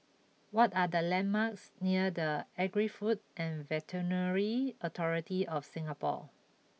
what are the landmarks near the Agri Food and Veterinary Authority of Singapore